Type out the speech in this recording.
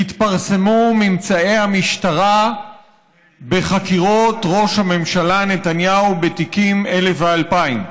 יתפרסמו ממצאי המשטרה בחקירות ראש הממשלה נתניהו בתיקים 1000 ו-2000.